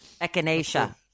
Echinacea